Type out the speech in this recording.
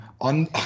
On